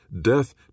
death